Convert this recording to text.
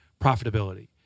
profitability